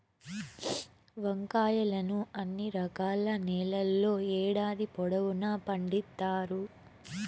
వంకాయలను అన్ని రకాల నేలల్లో ఏడాది పొడవునా పండిత్తారు